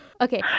Okay